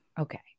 Okay